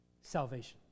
salvation